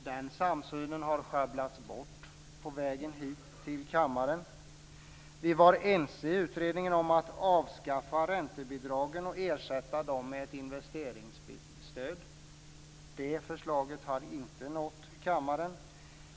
Den samsynen har sjabblats bort på vägen hit till kammaren. Vi var ense i utredningen om att avskaffa räntebidragen och ersätta dem med ett investeringsstöd. Det förslaget har inte nått kammaren.